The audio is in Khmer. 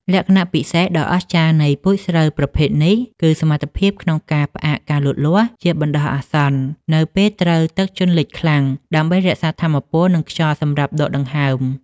លក្ខណៈពិសេសដ៏អស្ចារ្យនៃពូជស្រូវប្រភេទនេះ គឺសមត្ថភាពក្នុងការផ្អាកការលូតលាស់ជាបណ្តោះអាសន្ននៅពេលត្រូវទឹកជន់លិចខ្លាំង ដើម្បីរក្សាថាមពល និងខ្យល់សម្រាប់ដកដង្ហើម។